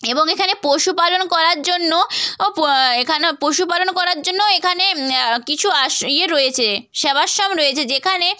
এবং এখানে পশুপালন করার জন্য এখানে পশুপালন করার জন্য এখানে কিছু ইয়ে রয়েছে সেবাশ্রম রয়েছে যেখানে